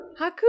Haku